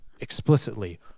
explicitly